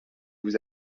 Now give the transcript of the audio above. vous